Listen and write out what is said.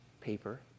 paper